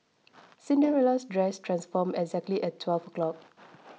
Cinderella's dress transformed exactly at twelve o'clock